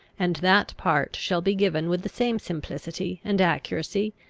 and that part shall be given with the same simplicity and accuracy,